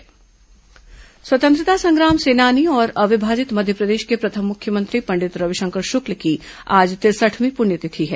रविशंकर शुक्ल पुण्यतिथि स्वतंत्रता संग्राम सेनानी और अविभाजित मध्यप्रदेश के प्रथम मुख्यमंत्री पंडित रविशंकर शुक्ल की आज तिरसठवीं प्रण्यतिथि है